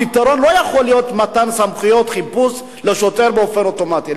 הפתרון לא יכול להיות מתן סמכויות חיפוש לשוטר באופן אוטומטי.